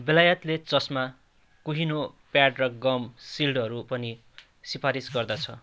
बेलायतले चस्मा कुहिनो प्याड र गम सिल्डहरू पनि सिफारिस गर्दछ